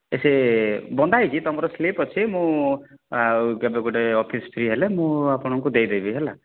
ସେ ବଣ୍ଡଟା ହେଇଛି ତମର ସ୍ଲିପ୍ ଅଛି ମୁଁ ଆଉ କେବେ ଗୋଟେ ଅଫିସ୍ ଠି ହେଲେ ମୁଁ ଆପଣଙ୍କୁ ଦେଇ ଦେବି ହେଲା